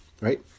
right